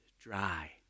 dry